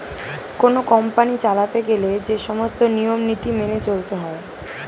কোন কোম্পানি চালাতে গেলে যে সমস্ত নিয়ম নীতি মেনে চলতে হয়